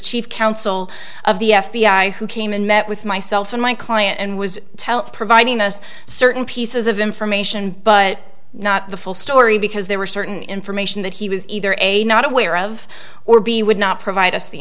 chief counsel of the f b i who came in met with myself and my client and was tell providing us certain pieces of information but not the full story because there were certain information that he was either a not aware of or b would not provide us the